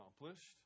accomplished